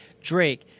Drake